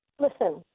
listen